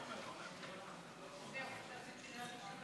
הצעת ועדת